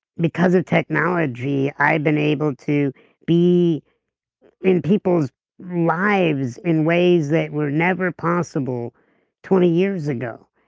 because of technology, i've been able to be in people's lives in ways that were never possible twenty years ago.